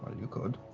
you could.